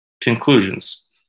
Conclusions